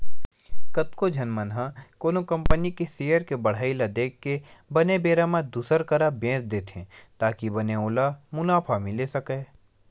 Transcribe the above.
कतको झन मन ह कोनो कंपनी के सेयर के बड़हई ल देख के बने बेरा म दुसर करा बेंच देथे ताकि बने ओला मुनाफा मिले सकय